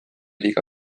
liiga